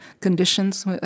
conditions